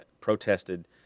protested